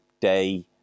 day